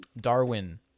Darwin